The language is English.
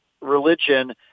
religion